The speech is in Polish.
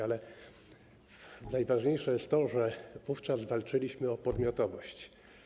Ale najważniejsze jest to, że wówczas walczyliśmy o podmiotowość.